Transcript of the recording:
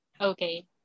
Okay